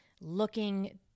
looking